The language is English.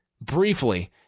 briefly